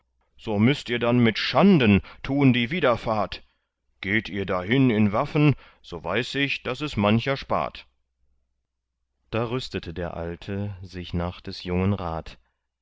so müßt ihr dann mit schanden tun die wiederfahrt geht ihr dahin in waffen so weiß ich daß es mancher spart da rüstete der alte sich nach des jungen rat